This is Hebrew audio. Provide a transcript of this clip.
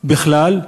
בכלל,